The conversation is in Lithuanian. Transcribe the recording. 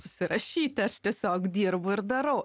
susirašyti aš tiesiog dirbu ir darau